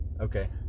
Okay